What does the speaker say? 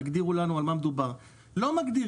תגדירו לנו על מה מדובר, לא מגדירים.